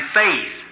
faith